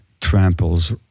tramples